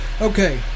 Okay